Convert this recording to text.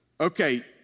Okay